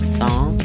song